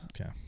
Okay